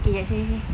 okay sini sini